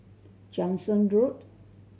Jansen Road